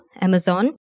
Amazon